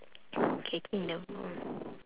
K K never